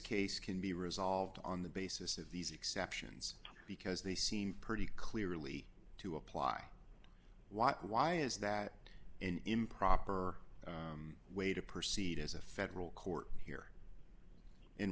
case can be resolved on the basis of these exceptions because they seem pretty clearly to apply what why is that an improper way to proceed as a federal court here in